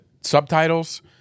subtitles